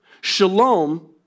Shalom